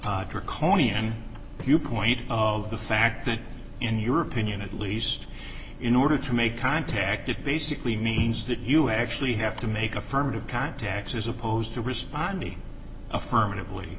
draconian viewpoint of the fact that in your opinion at least in order to make contact it basically means that you have actually have to make affirmative contacts as opposed to responding affirmative